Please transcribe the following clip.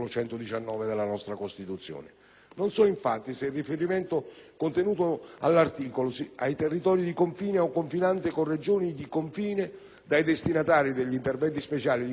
Non so, infatti, se il riferimento, contenuto nell'articolo, ai territori di confine o confinanti con Regioni di confine destinatari degli interventi speciali di cui all'articolo 119,